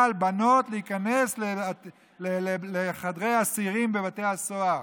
על בנות להיכנס לחדרי אסירים בבתי הסוהר.